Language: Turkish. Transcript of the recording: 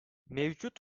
mevcut